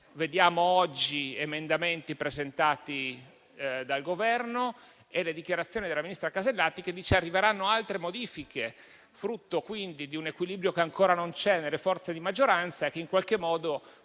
vediamo oggi emendamenti presentati dal Governo e le dichiarazioni della ministra Casellati, secondo cui arriveranno altre modifiche, frutto di un equilibrio che ancora non c'è nelle forze di maggioranza, che in qualche modo